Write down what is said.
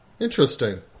Interesting